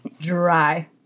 dry